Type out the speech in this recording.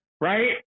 right